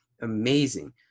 amazing